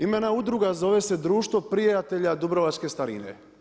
Imena udruga zove se Društvo prijatelja dubrovačke starine.